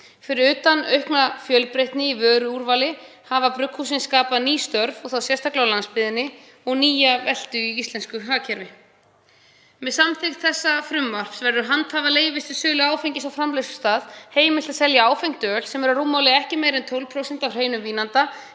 Fyrir utan aukna fjölbreytni í vöruúrvali hafa brugghúsin skapað ný störf, og þá sérstaklega á landsbyggðinni, og nýja veltu í íslensku hagkerfi. Með samþykkt þessa frumvarps verður handhafa leyfis til sölu áfengis á framleiðslustað heimilt að selja áfengt öl sem er að rúmmáli ekki meira en 12% af hreinum vínanda